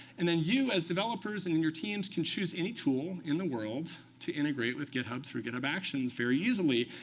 and then you, as developers, and in your teams, can choose any tool in the world to integrate with github through github actions very easily,